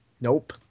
Nope